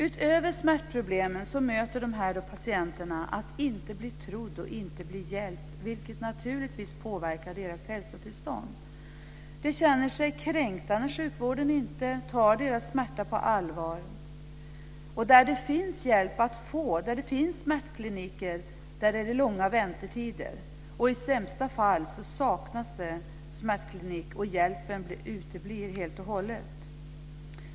Utöver smärtproblemen möter de här patienterna att inte bli trodda och inte bli hjälpta, vilket naturligtvis påverkar deras hälsotillstånd. De känner sig kränkta när sjukvården inte tar deras smärta på allvar. Där det finns hjälp att få, där det finns smärtkliniker, är det långa väntetider. I sämsta fall saknas det smärtklinik, och hjälpen uteblir helt och hållet.